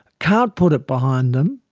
can't put it behind them.